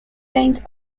lanes